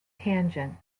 tangent